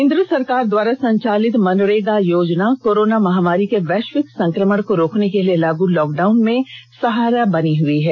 केंद्र सरकार द्वारा संचालित मनरेगा योजना कोरोना महामारी के वैश्विक संक्रमण को रोकने के लिए लागू लॉकडाउन में सहारा बनी हुई है